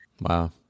Wow